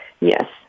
Yes